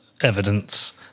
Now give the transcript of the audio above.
evidence